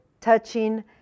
Touching